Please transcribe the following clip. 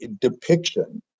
depiction